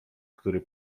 który